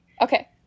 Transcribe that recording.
Okay